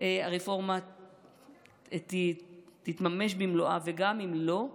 הרפורמה תתממש במלואה וגם אם לא,